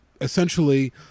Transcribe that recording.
essentially